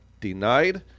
denied